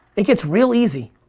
it gets real easy.